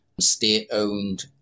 state-owned